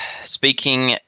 speaking